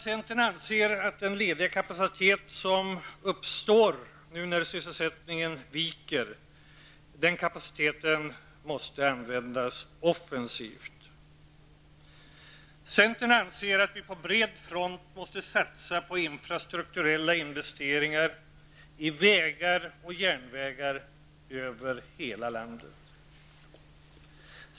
Centern anser att den lediga kapacitet som uppstår nu, när sysselsättningen viker, måste användas offensivt. Centern anser att vi på bred front måste satsa på infrastrukturella investeringar i vägar och järnvägar över hela landet.